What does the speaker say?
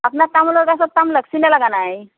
আপনাৰ তামোলৰ গছত তামোল লাগিছেনে লগা নাই